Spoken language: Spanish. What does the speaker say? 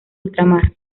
ultramar